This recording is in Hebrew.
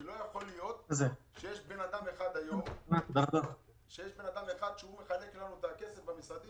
לא יכול להיות שיש אדם אחד היום שמחלק לנו את הכסף במשרדים